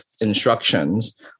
instructions